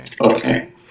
Okay